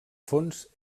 fons